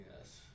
Yes